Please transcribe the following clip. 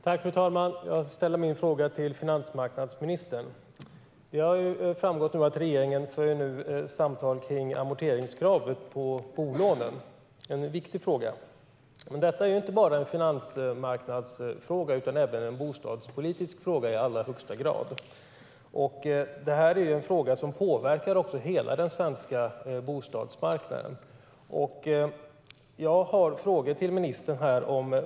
Fru talman! Jag ställer min fråga till finansmarknadsministern. Det har framgått att regeringen nu för samtal om amorteringskrav på bolånen. Det är en viktig fråga. Men detta är inte bara en finansmarknadsfråga utan även en bostadspolitisk fråga i allra högsta grad som påverkar hela den svenska bostadsmarknaden.